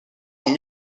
sont